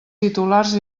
titulars